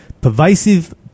pervasive